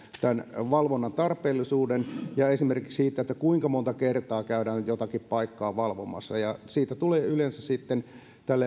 tämän valvonnan tarpeellisuudesta ja esimerkiksi siitä kuinka monta kertaa käydään jotakin paikkaa valvomassa ja siitä tulee yleensä sitten